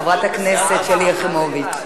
חברת הכנסת שלי יחימוביץ.